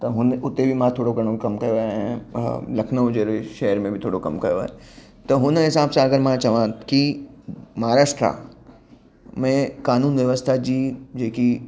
त हुन उते बि मां थोरो घणो कमु कयो आहे ऐं अ लखनऊ जहिड़े शहर में बि थोरो कमु कयो आहे त हुन हिसाब सां अगरि मां चवां की महाराष्ट्र में कानून व्यवस्था जी जेकी